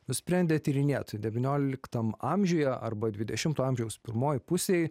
nusprendę tyrinėt devynioliktam amžiuje arba dvidešimto amžiaus pirmoj pusėj